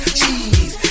cheese